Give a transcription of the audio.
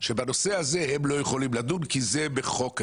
שבנושא הזה הם לא יכולים לדון כי זה בחוק אחר.